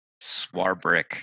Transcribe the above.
Swarbrick